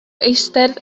eistedd